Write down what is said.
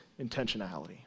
intentionality